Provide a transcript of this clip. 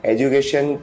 Education